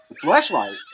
Flashlight